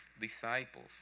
disciples